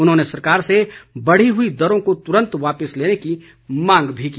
उन्होंने सरकार से बढ़ी हुई दरों को तुरंत वापिस लेने की मांग भी की